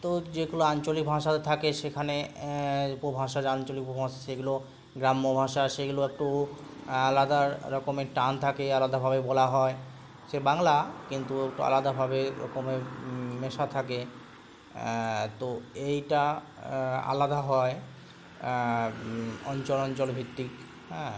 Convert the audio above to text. তো যেগুলো আঞ্চলিক ভাষা থাকে সেখানে উপভাষা যে আঞ্চলিক উপভাষা সেগুলো গ্রাম্য ভাষা সেগুলো একটু আলাদা রকমের টান থাকে আলাদাভাবে বলা হয় সে বাংলা কিন্তু একটু আলদাভাবে রকমের মেশা থাকে তো এইটা আলাদা হয় অঞ্চল অঞ্চলভিত্তিক হ্যাঁ